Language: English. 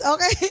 Okay